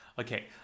Okay